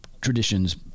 traditions